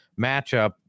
matchup